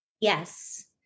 yes